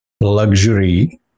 luxury